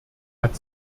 hat